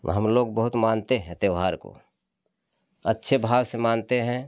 हम लोग बहुत मानते है त्योहार को अच्छे भाव से मानते हैं